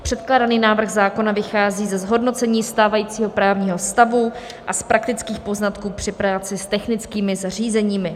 Předkládaný návrh zákona vychází ze zhodnocení stávajícího právního stavu a z praktických poznatků při práci s technickými zařízeními.